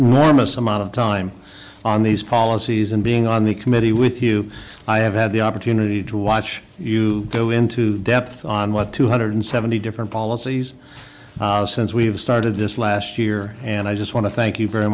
amount of time on these policies and being on the committee with you i have had the opportunity to watch you go into depth on what two hundred seventy different policies since we've started this last year and i just want to thank you very